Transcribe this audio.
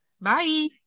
Bye